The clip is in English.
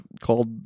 called